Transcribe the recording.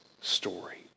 story